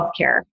healthcare